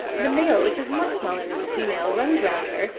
the male, which is much smaller than the female, runs round her,